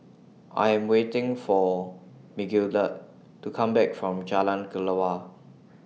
I Am waiting For Migdalia to Come Back from Jalan Kelawar